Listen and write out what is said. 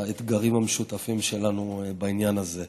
זה אחד האתגרים המשותפים שלנו בעניין הזה.